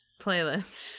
playlist